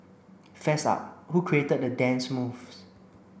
fess up who created the dance moves